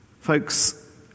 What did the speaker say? Folks